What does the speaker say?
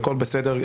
הכול בסדר.